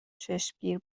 چشمگیر